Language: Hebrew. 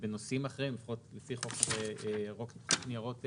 ובנושאים אחרים, לפי חוק ניירות ערך,